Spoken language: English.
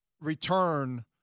return